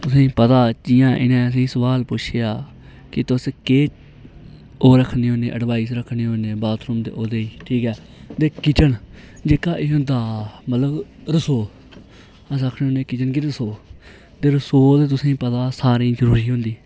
असें गी पता जियां इनें असेंगी सुआल पुच्छेआ कि तुस केह् ओह् रक्खने होन्ने अडबाइय रक्खने होन्ने बाथरुम ते ओहदे ते किचन जेहका एह् होंदा मतलब रसोऽ अस आक्खने होन्ने किचन गी रसोऽ ते रसोऽ ते तुसेगी पता सारें गी जरुरी होंदी